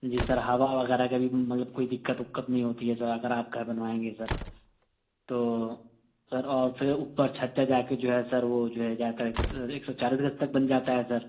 جی sir ہَوا وغیرہ کا بھی مطلب کوئی دقت وُقت نہیں ہوتی ہے سر اگر آپ گھر بنوائیں گے سر تو سر اور پھر اوپر چھت پہ جا کے جو ہے سر وہ جو ہے جا کر ایک سو چالیس گز تک بن جاتا ہے سر